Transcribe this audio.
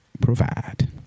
provide